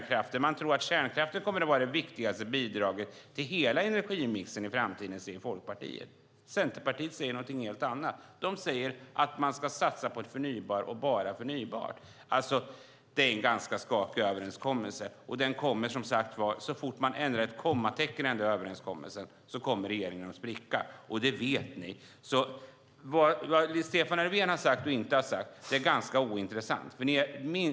Folkpartiet säger att de tror att kärnkraften kommer att vara det viktigaste bidraget till hela energimixen i framtiden. Centerpartiet säger någonting helt annat. De säger att man bara ska satsa på förnybar energi. Det är en ganska skakig överenskommelse, och så fort man ändrar ett kommatecken i den överenskommelsen kommer regeringen att spricka. Det vet ni. Det är ganska ointressant vad Stefan Löfven har sagt och inte sagt.